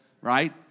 right